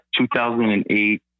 2008